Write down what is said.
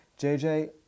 JJ